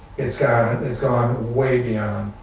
it's it's gone way beyond,